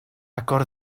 agor